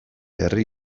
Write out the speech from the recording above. herri